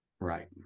right